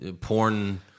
porn